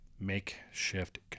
makeshift